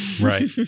Right